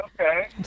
Okay